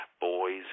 Boys